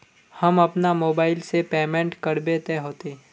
हम अपना मोबाईल से पेमेंट करबे ते होते?